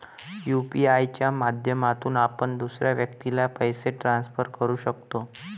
UPI च्या माध्यमातून आपण दुसऱ्या व्यक्तीला पैसे ट्रान्सफर करू शकतो